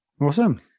Awesome